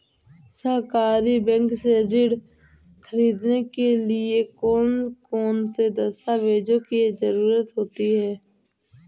सहकारी बैंक से ऋण ख़रीदने के लिए कौन कौन से दस्तावेजों की ज़रुरत होती है?